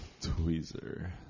tweezer